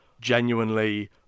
genuinely